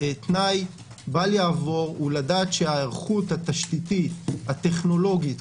תנאי בל יעבור הוא לדעת שההיערכות התשתיתית הטכנולוגית,